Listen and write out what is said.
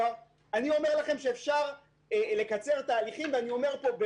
אני אומר לכם ברמז ואחרי שבדקנו את הדברים אני לא